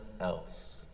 else